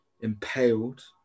impaled